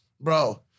Bro